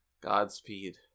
Godspeed